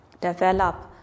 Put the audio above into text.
develop